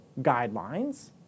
guidelines